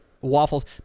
Waffles